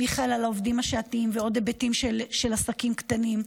מיכאל על העובדים השעתיים ועוד היבטים של עסקים קטנים,